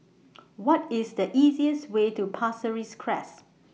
What IS The easiest Way to Pasir Ris Crest